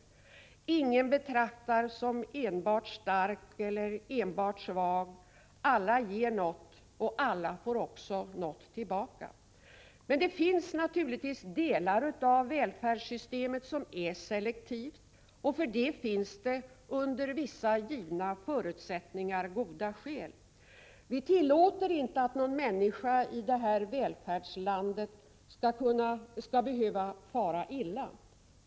Ingen betraktas som enbart stark eller enbart svag. Alla ger något, och alla får också något tillbaka. Men det finns naturligtvis delar av välfärdssystemet som är selektiva, och för det finns det under vissa givna förutsättningar goda skäl. Vi tillåter inte att någon människa i det här välfärdslandet behöver fara illa.